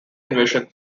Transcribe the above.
invasion